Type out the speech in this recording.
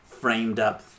framed-up